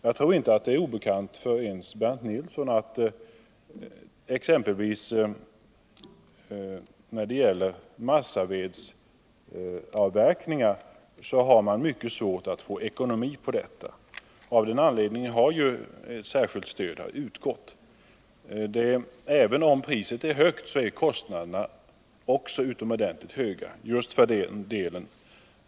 Jag tror inte att det ens för Bernt Nilsson är obekant att det är svårt att få ekonomi i massavedsavverkningen. Av den anledningen har ett särskilt stöd utgått. Även om priset är högt, så är kostnaderna också utomordentligt höga.